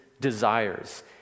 desires